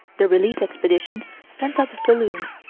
the relief expeditions sent up balloons,